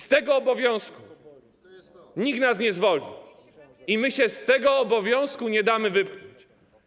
Z tego obowiązku nikt nas nie zwolni, my się z tego obowiązku nie damy wypchnąć.